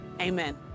amen